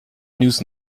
news